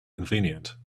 convenient